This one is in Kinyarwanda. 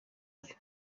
gutyo